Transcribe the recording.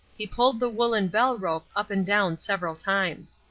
he pulled the woollen bell-rope up and down several times.